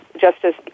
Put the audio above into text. Justice